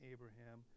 Abraham